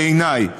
בעיניי.